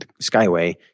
Skyway